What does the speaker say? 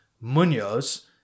munoz